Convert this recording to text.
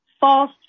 false